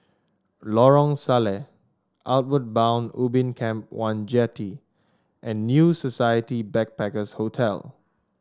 Lorong Salleh Outward Bound Ubin Camp One Jetty and New Society Backpackers' Hotel